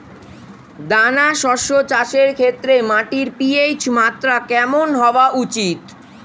দানা শস্য চাষের ক্ষেত্রে মাটির পি.এইচ মাত্রা কেমন হওয়া উচিৎ?